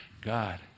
God